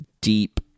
deep